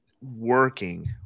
working